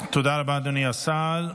אדוני השר.